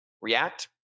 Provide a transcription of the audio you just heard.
React